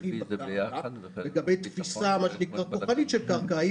לגבי תפיסה כוחנית של קרקע.